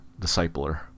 discipler